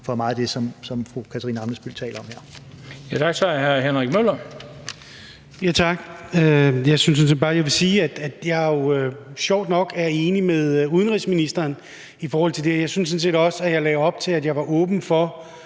for meget af det, som fru Katarina Ammitzbøll her